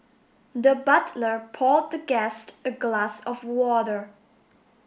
the butler poured the guest a glass of water